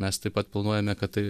mes taip pat planuojame kad tai